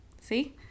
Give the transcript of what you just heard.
See